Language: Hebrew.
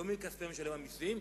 לא מכספי משלם המסים,